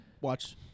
watch